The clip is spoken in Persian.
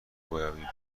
بیابیم